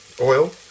oil